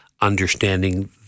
understanding